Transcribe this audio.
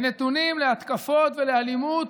ונתונים להתקפות ולאלימות,